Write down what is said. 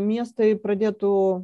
miestai pradėtų